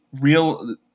real –